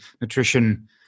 nutrition